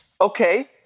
okay